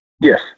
Yes